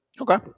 Okay